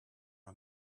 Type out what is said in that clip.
are